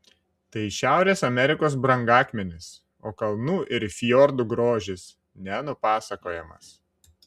tai šiaurės amerikos brangakmenis o kalnų ir fjordų grožis nenupasakojamas